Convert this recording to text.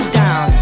down